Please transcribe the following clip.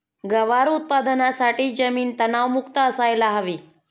गवार उत्पादनासाठी जमीन तणमुक्त असायला हवी